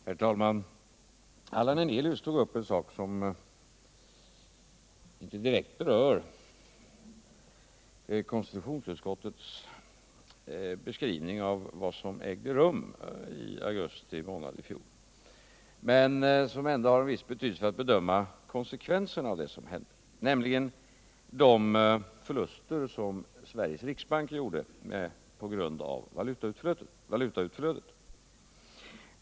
Herr talman! Allan Hernelius tog upp en fråga som inte direkt berör konstitutionsutskottets beskrivning av vad som ägde rum i augusti månad i fjol men som ändå har en viss betydelse för att bedöma konsekvenserna av vad som hände, nämligen de förluster som Sveriges riksbank gjorde på grund av valutautflödet.